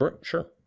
Sure